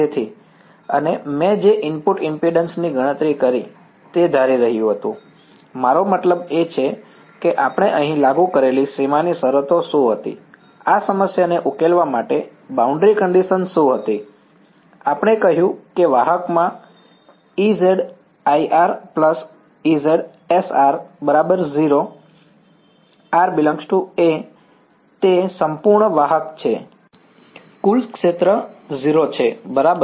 તેથી અને મેં જે ઇનપુટ ઈમ્પિડન્સ ની ગણતરી કરી તે ધારી રહ્યું હતું મારો મતલબ એ છે કે આપણે અહીં લાગુ કરેલી સીમાની શરતો શું હતી આ સમસ્યાને ઉકેલવા માટે બાઉન્ડ્રી કંડીશન શું હતી આપણે કહ્યું કે વાહકમાં Ez i Ez s 0 r ∈ A તે સંપૂર્ણ વાહક છે કુલ ક્ષેત્ર 0 છે બરાબર